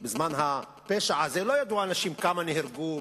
בזמן הפשע הזה לא ידעו אנשים כמה נהרגו,